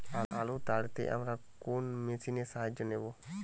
আলু তাড়তে আমরা কোন মেশিনের সাহায্য নেব?